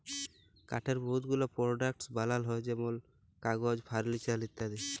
কাঠের বহুত গুলা পরডাক্টস বালাল হ্যয় যেমল কাগজ, ফারলিচার ইত্যাদি